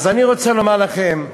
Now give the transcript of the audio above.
אני רוצה לומר לכם,